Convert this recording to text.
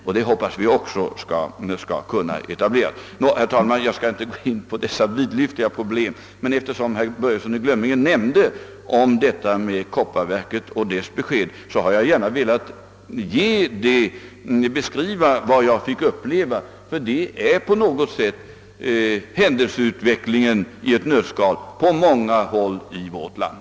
Vi hoppas också att kunna etablera ett sådant samarbete. Herr talman! Jag skall nu inte gå in på dessa vidlyftiga problem närmare, men eftersom herr Börjesson i Glömminge nämnde kopparverkets besked har jag här velat beskriva vad jag fick uppleva, ty det är på något sätt hela händelseutvecklingen i ett nötskal på många håll i vårt land.